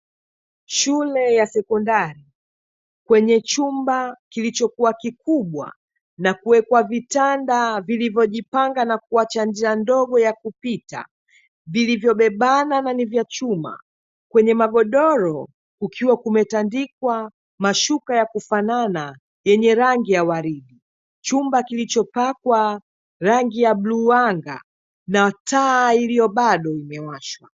Shule ya sekondari kwenye chumba kilichokuwa kikubwa, na kuwekwa vitanda vilivyojipanga na kuacha njia ndogo ya kupita, vilivyobebana na ni vya chuma, kwenye magodoro kukiwa kumetandikwa mashuka yakufanana yenye rangi ya waridi, chumba kilichopakwa rangi ya bluu anga, na taa iliyobado imewashwa.